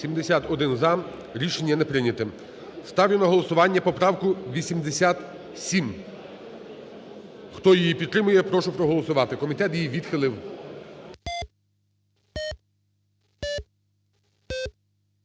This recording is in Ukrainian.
За-71 Рішення не прийнято. Ставлю на голосування поправку 87. Хто її підтримує, прошу проголосувати, комітет її відхилив.